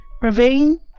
ravine